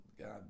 God